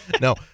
no